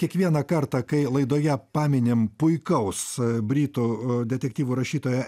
kiekvieną kartą kai laidoje paminim puikaus britų detektyvų rašytojo